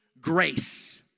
grace